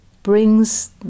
brings